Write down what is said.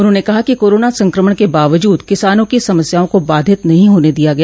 उन्होंने कहा कि कोरोना संक्रमण के बावजूद किसानों की समस्याओं को बाधित नहीं होने दिया गया